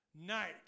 night